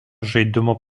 žaidimų